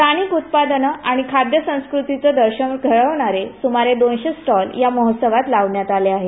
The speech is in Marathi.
स्थानिक उत्पादनं आणि खाद्यसंस्कृतीचं दर्शन घडवणारे सुमारे दोनशे स्टॉल या महोत्सवात लावण्यात आले आहेत